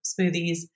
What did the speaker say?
smoothies